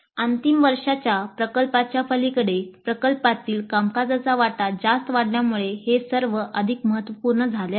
अंतिम वर्षाच्या प्रकल्पाच्या पलीकडे प्रकल्पातील कामकाजाचा वाटा जास्त वाढल्यामुळे हे सर्व अधिक महत्त्वपूर्ण झाले आहेत